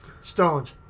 Stones